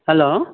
hello